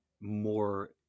More